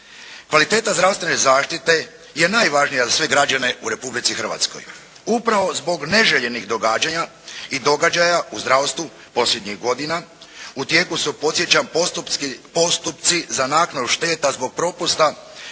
Kvaliteta zdravstvene zaštite je najvažnija za sve građane u Republici Hrvatskoj upravo zbog neželjenih događanja i događaja u zdravstvu posljednjih godina u tijeku su podsjećam postupci za naknadu šteta zbog propusta u